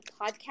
podcast